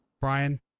Brian